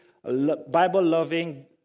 Bible-loving